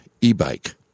e-bike